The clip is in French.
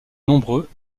nombreux